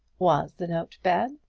was the note bad?